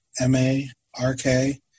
M-A-R-K